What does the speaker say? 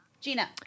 Gina